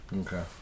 Okay